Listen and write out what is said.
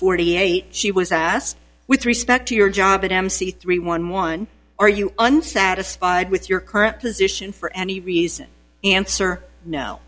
forty eight she was asked with respect to your job in mc three one one are you unsatisfied with your current position for any reason answer no